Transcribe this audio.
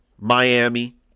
Miami